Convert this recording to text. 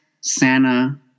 Santa